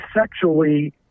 sexually